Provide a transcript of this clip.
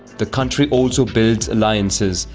the country also builds alliances,